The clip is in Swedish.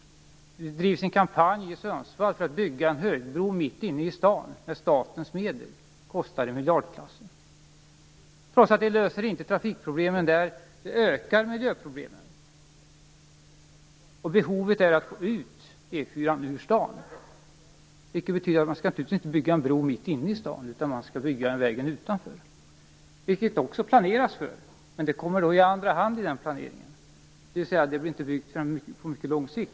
Det drivs en kampanj i Sundsvall för att bygga en högbro mitt inne i staden med statens medel. Det är en kostnad i miljardklassen. Det löser inte trafikproblemen där, och det ökar miljöproblemen. Det finns ett behov av att få ut E 4:an ur stan. Det betyder naturligtvis att man inte skall bygga en bro mitt inne i stan, utan man skall bygga den utanför. Det planeras också för det, men det kommer i andra hand i den planeringen, dvs. den blir inte byggd förrän om en mycket lång tid.